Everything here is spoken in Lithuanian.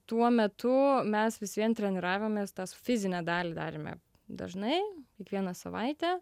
tuo metu mes vis vien treniravomės tas fizinę dalį darėme dažnai kiekvieną savaitę